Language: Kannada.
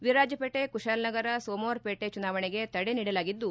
ವೀರಾಜಪೇಟೆ ಕುಶಾಲನಗರ ಸೋಮವಾರ ಪೇಟೆ ಚುನಾವಣೆಗೆ ತಡೆ ನೀಡಲಾಗಿದ್ದು